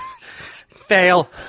fail